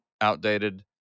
outdated